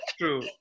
True